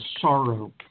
sorrow